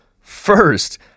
first